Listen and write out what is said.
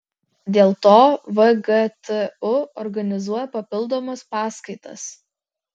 dėl to vgtu organizuoja papildomas paskaitas